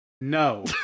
No